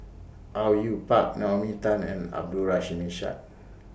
Au Yue Pak Naomi Tan and Abdul Rahim Ishak